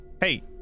Hey